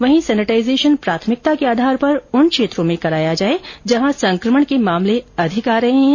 वहीं सेनिटाइजेशन प्राथमिकता के आधार पर उन क्षेत्रों में कराया जा ये जहां संक्रमण के मामले अधिक आ रहे है